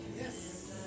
Yes